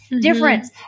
difference